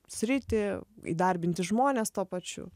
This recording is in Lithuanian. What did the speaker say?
sritį įdarbinti žmones tuo pačiu